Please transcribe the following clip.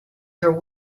her